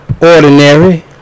ordinary